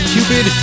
Cupid